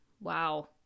wow